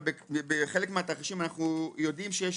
אבל בחלק מהתרחישים אנחנו יודעים שיש